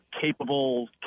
capable